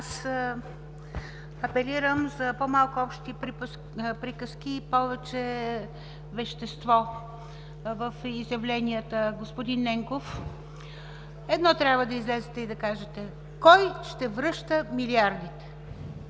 Аз апелирам за по-малко общи приказки и повече вещество в изявленията, господин Ненков. Едно трябва да излезете и да кажете – кой ще връща милиардите.